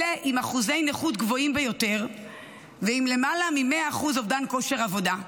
אלה עם אחוזי נכות גבוהים ביותר ועם למעלה מ-100% אובדן כושר עבודה,